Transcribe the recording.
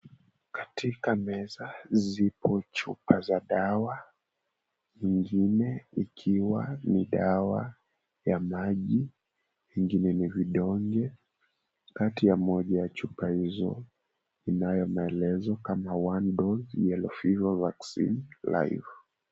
Katika meza zipo chupa za dawa ingine ikiwa ni dawa ya maji ingine ni vidonge. Kati ya moja ya dawa hizo inayomaelezo kama, One Dose Yellow Fever Vaccine, Life.